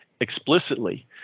explicitly